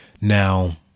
Now